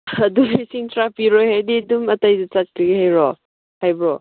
ꯑꯗꯨꯗꯤ ꯂꯤꯁꯤꯡ ꯇꯔꯥ ꯄꯤꯔꯣꯏ ꯍꯥꯏꯗꯤ ꯑꯗꯨꯝ ꯍꯥꯏꯕ꯭꯭ꯔꯣ